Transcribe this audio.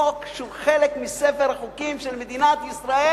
חוק שהוא חלק מספר החוקים של מדינת ישראל,